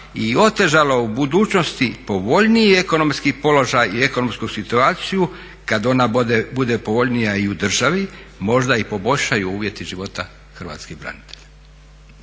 i otežalo u budućnosti povoljniji ekonomski položaj i ekonomsku situaciju kad ona bude povoljnija i u državi možda i poboljšaju uvjeti života hrvatskih branitelja.